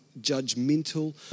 judgmental